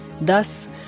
Thus